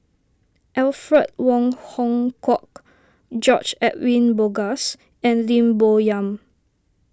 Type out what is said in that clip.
Alfred Wong Hong Kwok George Edwin Bogaars and Lim Bo Yam